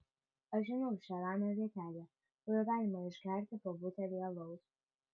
aš žinau čia ramią vietelę kur galima išgerti po butelį alaus